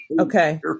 okay